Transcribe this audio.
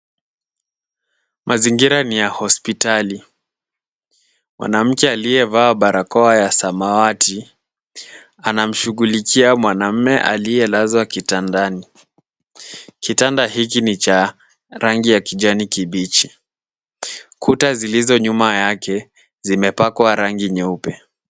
Mazingira ni ya hospitali. Mwanamke aliyevaa barakoa ya samawati anamshughulikia mwanaume aliyelazwa kitandani. Kitanda hiki ni cha rangi ya kijani kibichi. Kuta zilizo nyuma yake zimepakwa rangi nyeupe.